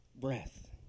breath